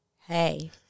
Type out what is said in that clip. hey